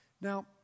Now